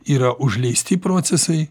yra užleisti procesai